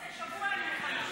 אם אתה רוצה שבוע, אני מוכנה.